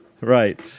Right